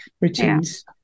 routines